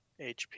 HP